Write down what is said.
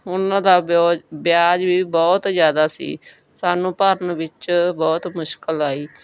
ਉਹਨਾਂ ਦਾ ਵਿਓ ਵਿਆਜ ਵੀ ਬਹੁਤ ਜ਼ਿਆਦਾ ਸੀ ਸਾਨੂੰ ਭਰਨ ਵਿੱਚ ਬਹੁਤ ਮੁਸ਼ਕਿਲ ਆਈ